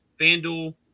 fanduel